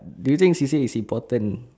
do you think C_C_A is important